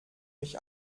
mich